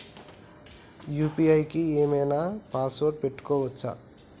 UPI కి ఏం ఐనా పాస్వర్డ్ పెట్టుకోవచ్చా?